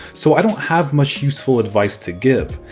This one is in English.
so i don't have much useful advice to give,